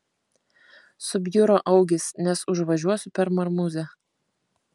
subjuro augis nes užvažiuosiu per marmuzę